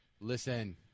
listen